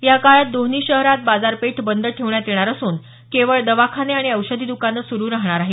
या काळात दोन्ही शहरात बाजारपेठ बंद ठेवण्यात येणार असून केवळ दवाखाने आणि औषधी दुकानं सुरु राहणार आहेत